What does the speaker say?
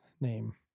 name